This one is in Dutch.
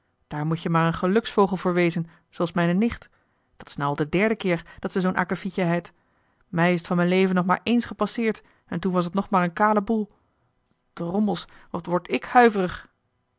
daar moet je maar een geluksvogel voor wezen zooals mijne nicht dat is nou al de derde keer dat ze zoo'n akefietje hêt mij is t van mijn leeli heimans willem roda ven nog maar ééns gepasseerd en toen was t nog maar een kale boel drommels wat word ik huiverig